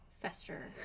Fester